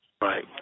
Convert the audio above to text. Right